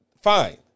Fine